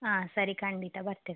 ಹಾಂ ಸರಿ ಖಂಡಿತ ಬರ್ತೇವೆ